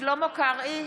שלמה קרעי,